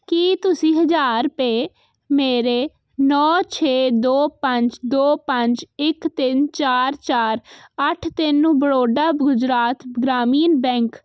ਕੀ ਤੁਸੀਂ ਹਜ਼ਾਰ ਰੁਪਏ ਮੇਰੇ ਨੌਂ ਛੇ ਦੋ ਪੰਜ ਦੋ ਪੰਜ ਇੱਕ ਤਿੰਨ ਚਾਰ ਚਾਰ ਅੱਠ ਤਿੰਨ ਨੂੰ ਬਰੋਡਾ ਗੁਜਰਾਤ ਗ੍ਰਾਮੀਣ ਬੈਂਕ